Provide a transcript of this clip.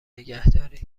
نگهدارید